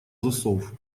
засов